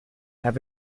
have